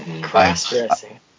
Cross-dressing